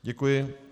Děkuji.